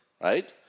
right